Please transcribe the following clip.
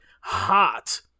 hot